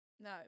No